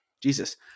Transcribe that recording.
Jesus